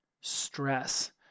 stress